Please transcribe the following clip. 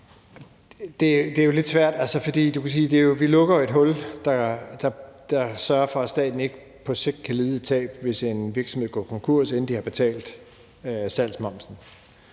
Det er jo lidt svært, for du kan sige, at vi lukker et hul og sørger for, at staten ikke på sigt kan lide et tab, hvis en virksomhed går konkurs, inden den har betalt salgsmomsen.